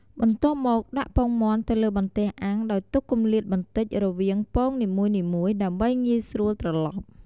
បន្ទាប់មក ដាក់ពងមាន់ទៅលើបន្ទះអាំងដោយទុកគម្លាតបន្តិចរវាងពងនីមួយៗ ដើម្បីងាយស្រួលត្រឡប់។